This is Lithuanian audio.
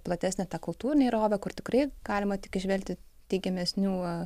platesnė ta kultūrinė įvairovė kur tikrai galima tik įžvelgti teigiamesnių